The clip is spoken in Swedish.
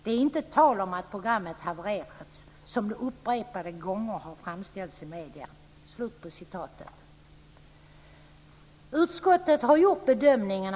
Det är inte tal om att programmet 'havererat', som det upprepade gånger framställts i media." Utskottet har avstyrkt motionen.